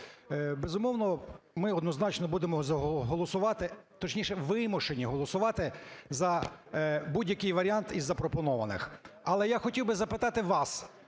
Безумовно, ми однозначно будемо голосувати, точніше вимушені голосувати за будь-який варіант із запропонованих. Але я хотів би запитати вас,